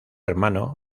hermano